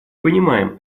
понимаем